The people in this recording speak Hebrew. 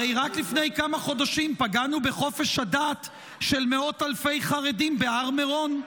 הרי רק לפני כמה חודשים פגענו בחופש הדת של מאות אלפי חרדים בהר מירון,